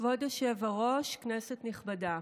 כבוד היושב-ראש, כנסת נכבדה,